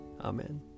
Amen